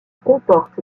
comporte